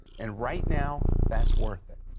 and right now that's worth it.